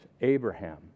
Abraham